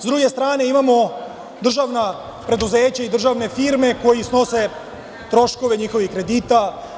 S druge strane, imamo državna preduzeća i državne firme koje snose troškove njihovih kredita.